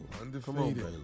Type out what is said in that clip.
undefeated